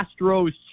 astros